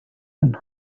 and